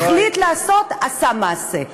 החליט לעשות, עשה מעשה.